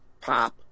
Pop